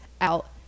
out